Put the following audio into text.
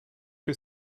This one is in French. que